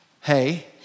hey